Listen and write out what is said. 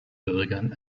bürgern